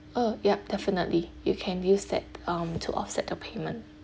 oh yup definitely you can use that um to offset the payment